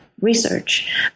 research